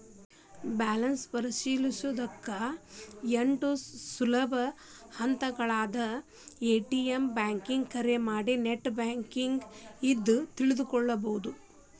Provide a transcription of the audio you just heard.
balance ಪರಿಶೇಲಿಸೊಕಾ ಎಂಟ್ ಸುಲಭ ಹಂತಗಳಾದವ ಎ.ಟಿ.ಎಂ ಬ್ಯಾಂಕಿಂಗ್ ಕರೆ ಮಾಡಿ ನೆಟ್ ಬ್ಯಾಂಕಿಂಗ್ ಇಂದ ತಿಳ್ಕೋಬೋದು